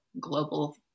global